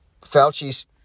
Fauci's